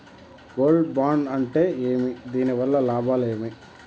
Gold bond అంటే ఏమి? దీని వల్ల లాభాలు ఏమి?